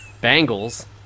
bangles